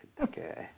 Okay